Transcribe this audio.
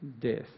death